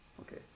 okay